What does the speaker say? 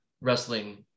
wrestling